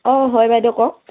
অঁ হয় বাইদেউ কওক